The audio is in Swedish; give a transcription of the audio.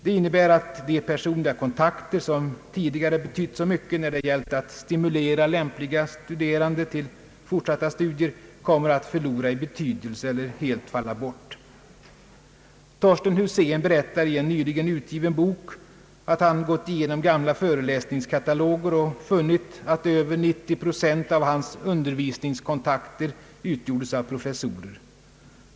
Det innebär att de personliga kontakter, som tidigare betytt så mycket när det gällt att stimulera lämpliga studerande till fortsatta studier, kommer att förlora i betydelse eller helt falla bort. Torsten Husén berättar i en nyligen utgiven bok, att han gått igenom gamla föreläsningskataloger och funnit att över 90 procent av hans undervisningskontakter utgjordes av professorer.